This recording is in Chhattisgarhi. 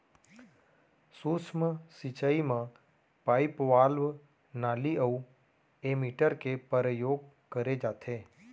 सूक्ष्म सिंचई म पाइप, वाल्व, नाली अउ एमीटर के परयोग करे जाथे